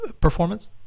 performance